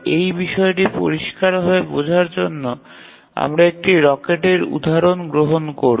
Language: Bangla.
এই বিষয়টি পরিষ্কার ভাবে বোঝার জন্য আমরা একটি রকেটের উদাহরণ গ্রহণ করব